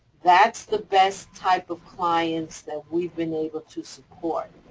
that's the best type of clients that we've been able to support.